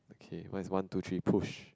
okay what is one two three push